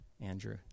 Andrew